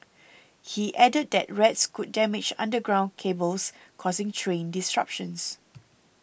he added that rats could damage underground cables causing train disruptions